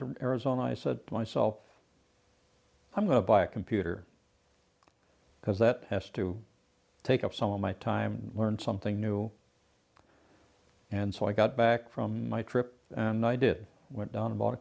to arizona i said myself i'm gonna buy a computer because that has to take up some of my time to learn something new and so i got back from my trip and i did went down bought a